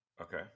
Okay